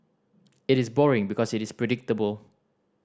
it is boring because it is predictable